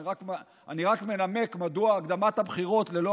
אני רק מנמק מדוע הקדמת הבחירות ללא